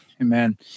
Amen